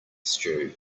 stew